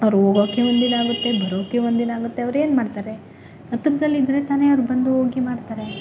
ಅವ್ರು ಹೋಗೋಕೆ ಒಂದಿನ ಆಗುತ್ತೆ ಬರೋಕೆ ಒಂದಿನ ಆಗುತ್ತೆ ಅವ್ರೇನು ಮಾಡ್ತಾರೆ ಹತ್ರದಲ್ಲಿದ್ರೆ ತಾನೆ ಅವ್ರು ಬಂದು ಹೋಗಿ ಮಾಡ್ತಾರೆ